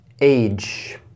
age